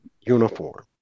uniform